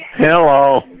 Hello